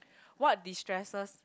what destresses